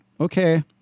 Okay